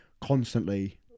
constantly